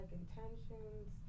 intentions